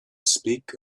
speak